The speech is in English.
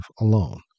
alone